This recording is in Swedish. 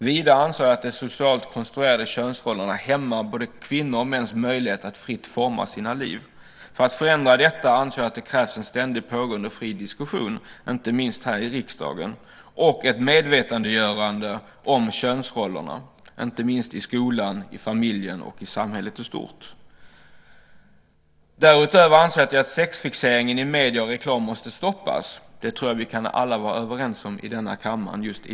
Vidare anser jag att de socialt konstruerade könsrollerna hämmar både kvinnors och mäns möjligheter att fritt forma sina liv. För att förändra detta anser jag att det krävs en ständigt pågående fri diskussion, inte minst här i riksdagen, och ett medvetandegörande om könsrollerna i skolan, familjen och samhället i stort. Därutöver anser jag att sexfixeringen i medier och reklam måste stoppas. Det tror jag vi alla kan vara överens om i denna kammare.